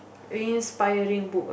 inspiring book